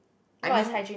I mean